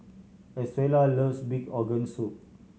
Estrella loves pig organ soup